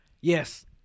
Yes